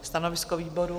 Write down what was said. Stanovisko výboru?